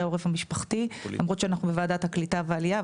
העורף המשפחתי למרות שאנחנו בוועדת העלייה והקליטה,